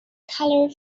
colour